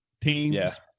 teams